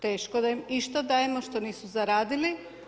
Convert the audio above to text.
Teško da im išta dajemo što nisu zaradili.